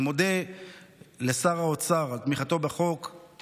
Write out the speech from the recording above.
אני מודה לשר האוצר על תמיכתו בחוק,